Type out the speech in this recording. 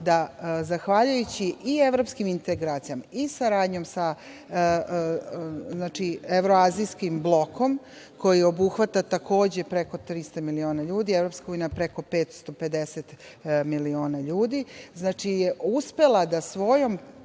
da zahvaljujući i evropskim integracijama i saradnjom sa Evroazijskim blokom, koji obuhvata takođe preko 300 miliona ljudi, EU preko 550 miliona ljudi, znači, uspela je da svojom